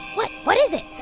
what? what is it?